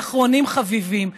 ואחרונים חביבים,